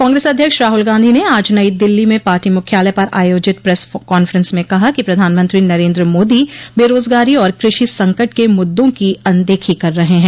कांग्रेस अध्यक्ष राहुल गांधी ने आज नई दिल्ली में पार्टी मुख्यालय पर आयोजित प्रेस कांफ्रेंस में कहा कि प्रधानमंत्री नरेन्द्र मोदी बेरोजगारी और कृषि संकट के मुद्दों की अनदेखी कर रहे हैं